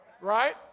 right